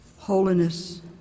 Holiness